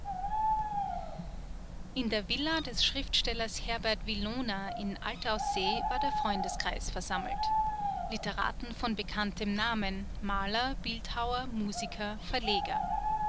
in der villa des schriftstellers herbert villoner in alt aussee war der freundeskreis versammelt literaten von bekanntem namen maler bildhauer musiker verleger